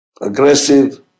aggressive